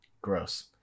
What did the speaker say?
Gross